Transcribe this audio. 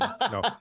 No